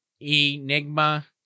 Enigma